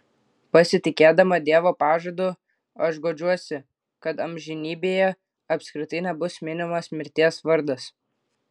pasitikėdama dievo pažadu aš guodžiuosi kad amžinybėje apskritai nebus minimas mirties vardas